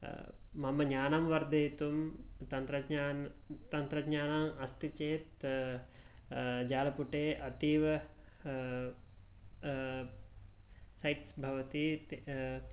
मम ज्ञानं वर्धयितुं तन्त्रज्ञान तन्त्रज्ञान अस्ति चेत् जालपुटे अतीव सैट्स् भवति